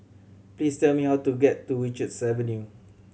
please tell me how to get to Richards Avenue